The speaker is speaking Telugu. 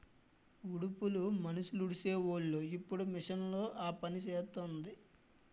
ఉడుపులు మనుసులుడీసీవోలు ఇప్పుడు మిషన్ ఆపనిసేస్తాంది